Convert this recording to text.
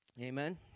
Amen